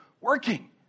working